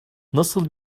nasıl